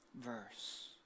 verse